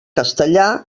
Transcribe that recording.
castellà